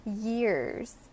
years